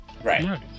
Right